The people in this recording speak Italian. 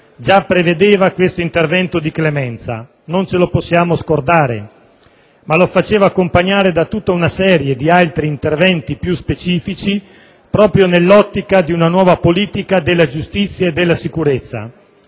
già prevedeva quest'intervento di clemenza - non lo possiamo dimenticare - ma lo coordinava con tutta una serie di altri interventi più specifici, proprio nell'ottica di una nuova politica della giustizia e della sicurezza: